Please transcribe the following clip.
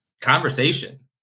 conversation